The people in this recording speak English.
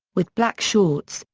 with black shorts,